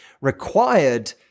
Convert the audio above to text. required